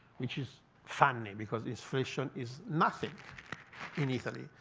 which is funny, because inflation is nothing in italy.